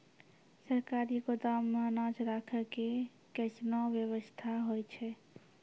सरकारी गोदाम मे अनाज राखै के कैसनौ वयवस्था होय छै?